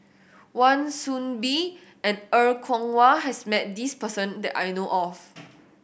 Wan Soon Bee and Er Kwong Wah has met this person that I know of